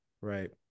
right